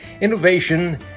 innovation